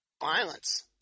violence